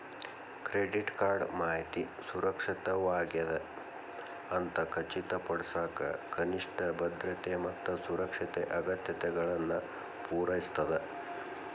credit card ಮಾಹಿತಿ ಸುರಕ್ಷಿತವಾಗ್ಯದ ಅಂತ ಖಚಿತಪಡಿಸಕ ಕನಿಷ್ಠ ಭದ್ರತೆ ಮತ್ತ ಸುರಕ್ಷತೆ ಅಗತ್ಯತೆಗಳನ್ನ ಪೂರೈಸ್ತದ